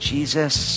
Jesus